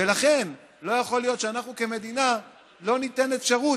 ולכן לא יכול להיות שאנחנו כמדינה לא ניתן אפשרות,